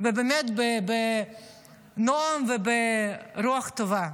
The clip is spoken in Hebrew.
באמת בנועם וברוח טובה: